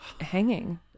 hanging